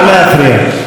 השרה רגב, לא להפריע.